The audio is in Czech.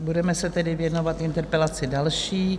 Budeme se tedy věnovat interpelaci další.